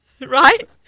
right